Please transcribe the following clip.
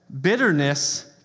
bitterness